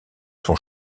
sont